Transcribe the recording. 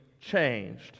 changed